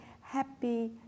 happy